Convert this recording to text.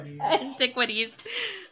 Antiquities